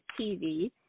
TV